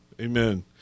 Amen